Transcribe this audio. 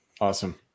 Awesome